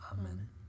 Amen